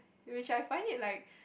which I find it like